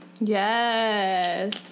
Yes